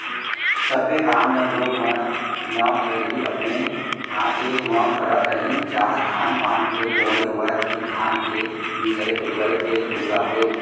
सब्बे काम ल लोग मन न पहिली अपने हाथे म करत रहिन चाह धान पान के बोवई होवय कि धान के मिसाय कुटवाय के बूता होय